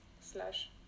slash